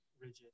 rigid